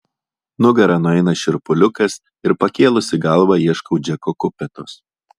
nugara nueina šiurpuliukas ir pakėlusi galvą ieškau džeko kupetos